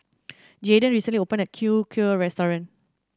Jaydin recently opened a Kheer restaurant